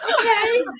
okay